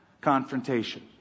confrontation